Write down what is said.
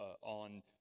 on